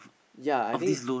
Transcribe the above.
ya I think